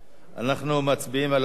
אנחנו מצביעים על הצעת החוק.